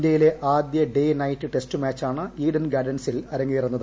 ഇന്ത്യയിലെ ആദ്യ day night test മാച്ചാണ് ഈഡൻ ഗാർഡൻസിൽ അരങ്ങേറുന്നത്